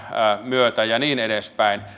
myötä ja niin edespäin